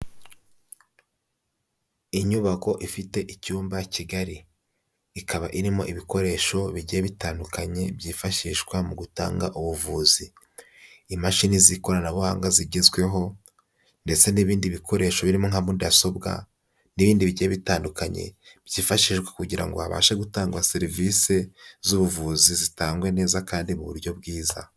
Inyubako ifite icyumba kigari, ikaba irimo ibikoresho bigiye bitandukanye byifashishwa mu gutanga ubuvuzi. Imashini z'ikoranabuhanga zigezweho ndetse n'ibindi bikoresho birimo nka mudasobwa n'ibindi bigiye bitandukanye byifashishwa kugira ngo habashe gutangwa serivise z'ubuvuzi zitangwe neza kandi mu buryo bwiza.